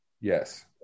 Yes